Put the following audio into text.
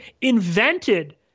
invented